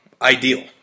Ideal